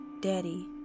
Daddy